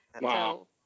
Wow